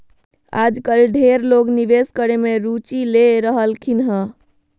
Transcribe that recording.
आजकल ढेर लोग निवेश करे मे रुचि ले रहलखिन हें